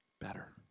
better